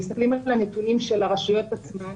אם מסתכלים על זה ועל הנתונים של הרשויות עצמן,